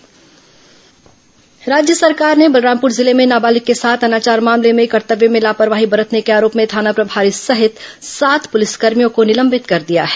विस निलंबन कार्रवाई राज्य सरकार ने बलरामपुर जिले में नाबालिग के साथ अनाचार मामले में कर्तव्य में लापरवाही बरतने के आरोप में थाना प्रभारी सहित सात पुलिसकर्भियों को निलंबित कर दिया है